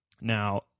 Now